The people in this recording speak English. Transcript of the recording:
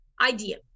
idea